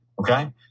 Okay